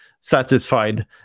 satisfied